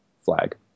flag